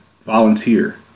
volunteer